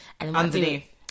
underneath